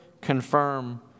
confirm